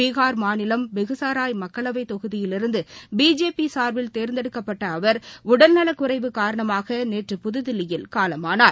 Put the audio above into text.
பீகார் மாநிலம் பெகுசாரய் மக்களவைத் தொகுதியிலிருந்து பிஜேபி சார்பில் தேர்ந்தெடுக்கப்பட்ட அவர் உடல்நலக்குறைவு காரணமாக நேற்று புதுதில்லியில் காலமானார்